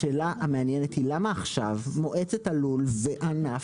השאלה המעניינת היא למה עכשיו מועצת הלול והענף